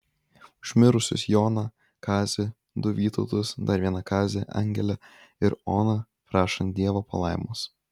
už mirusius joną kazį du vytautus dar vieną kazį angelę ir oną prašant dievo palaimos